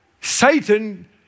Satan